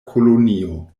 kolonio